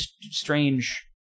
strange